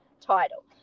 title